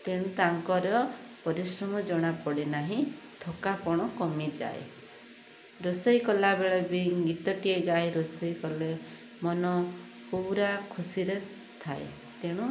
ତେଣୁ ତାଙ୍କର ପରିଶ୍ରମ ଜଣା ପଡ଼େ ନାହିଁ ଥକାପଣ କମି ଯାଏ ରୋଷେଇ କଲାବେଳେ ବି ଗୀତଟିଏ ଗାଏ ରୋଷେଇ କଲେ ମନ ପୁରା ଖୁସିରେ ଥାଏ ତେଣୁ